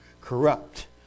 corrupt